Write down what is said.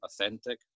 authentic